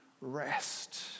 rest